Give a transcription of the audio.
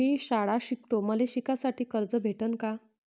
मी शाळा शिकतो, मले शिकासाठी कर्ज भेटन का?